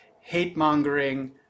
hate-mongering